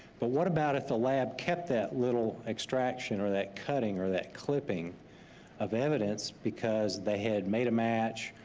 but what about if the lab kept that little extraction or that cutting or that clipping of evidence because they had made a match,